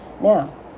now